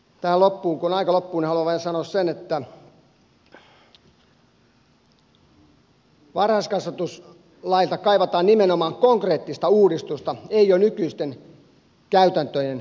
tähän loppuun kun aika loppuu haluan vain sanoa sen että varhaiskasvatuslailta kaivataan nimenomaan konkreettista uudistusta ei jo nykyisten käytäntöjen kirjaamista